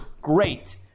Great